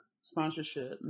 sponsorship